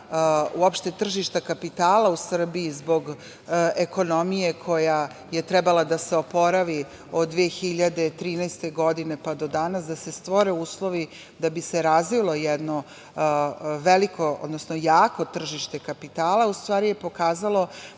uopšte tržišta kapitala u Srbiji zbog ekonomije koja je trebala da se oporavi od 2013. godine pa do danas, da se stvore uslovi da bi se razvilo jedno veliko, odnosno jako tržište kapitala, u stvari je pokazalo